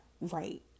right